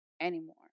anymore